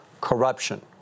corruption